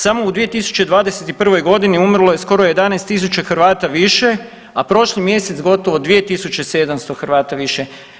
Samo u 2021. godini umrlo je skoro 11.000 Hrvata više, a prošli mjesec gotovo 2.700 Hrvata više.